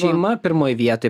šeima pirmoj vietoj